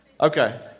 Okay